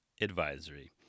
advisory